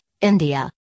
India